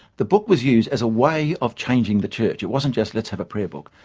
the book was used as a way of changing the church. it wasn't just, let's have a prayer book.